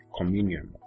communion